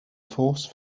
force